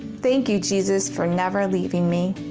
thank you jesus for never leaving me!